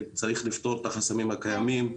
צריך לפתור את החסמים הקיימים,